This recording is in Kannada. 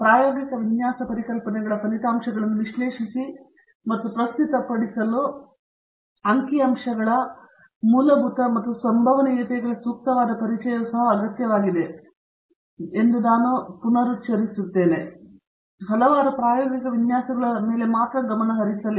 ಪ್ರಾಯೋಗಿಕ ವಿನ್ಯಾಸ ಪರಿಕಲ್ಪನೆಗಳ ಫಲಿತಾಂಶಗಳನ್ನು ವಿಶ್ಲೇಷಿಸಿ ಮತ್ತು ಪ್ರಸ್ತುತಪಡಿಸಲು ಅಂಕಿಅಂಶಗಳ ಮೂಲಭೂತ ಮತ್ತು ಸಂಭವನೀಯತೆಗಳ ಸೂಕ್ತವಾದ ಪರಿಚಯವು ಸಹ ಅಗತ್ಯವಾಗಿದೆ ಎಂದು ನಾನು ಹಲವಾರು ಪ್ರಾಯೋಗಿಕ ವಿನ್ಯಾಸಗಳನ್ನು ಮಾತ್ರ ಗಮನಹರಿಸಲಿಲ್ಲ